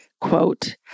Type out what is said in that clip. quote